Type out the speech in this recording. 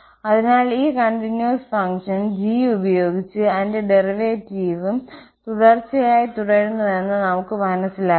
അതിനാൽ ഈ continuous function g ഉപയോഗിച്ച് അതിന്റെ ഡെറിവേറ്റീവും തുടർച്ചയായി തുടരുന്നുവെന്ന് നമുക്ക് മനസ്സിലാക്കാം